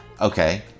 Okay